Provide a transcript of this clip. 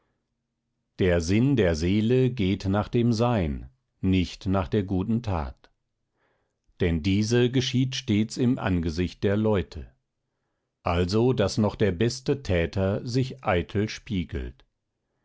der sinn der seele geht nach dem sein nicht nach der guten tat denn diese geschieht stets im angesicht der leute also daß noch der beste täter sich eitel spiegelt